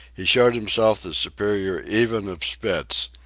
he showed himself the superior even of spitz,